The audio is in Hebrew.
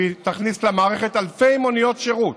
והיא תכניס למערכת אלפי מוניות שירות,